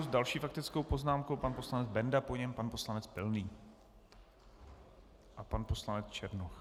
S další faktickou poznámkou pan poslanec Benda, po něm pan poslanec Pilný a pan poslanec Černoch.